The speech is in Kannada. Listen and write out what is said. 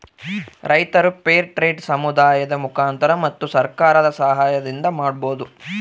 ರೈತರು ಫೇರ್ ಟ್ರೆಡ್ ಸಮುದಾಯದ ಮುಖಾಂತರ ಮತ್ತು ಸರ್ಕಾರದ ಸಾಹಯದಿಂದ ಮಾಡ್ಬೋದು